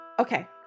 Okay